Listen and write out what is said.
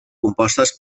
compostes